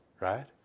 right